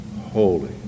holy